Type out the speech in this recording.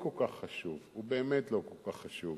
הוא לא כל כך חשוב.